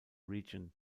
region